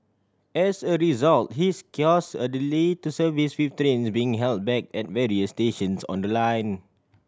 as a result this cause a delay to service with trains being held back at various stations on the line